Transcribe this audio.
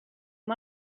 amb